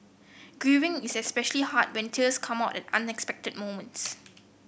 grieving is especially hard when tears come out at unexpected moments